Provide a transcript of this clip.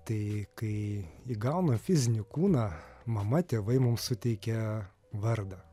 tai kai įgauna fizinį kūną mama tėvai mums suteikia vardą